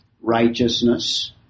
righteousness